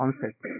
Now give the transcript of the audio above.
concept